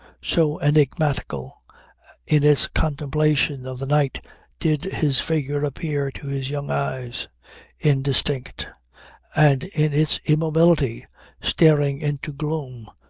so enigmatical in its contemplation of the night did his figure appear to his young eyes indistinct and in its immobility staring into gloom,